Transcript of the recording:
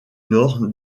nord